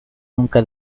nunca